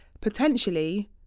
potentially